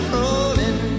rolling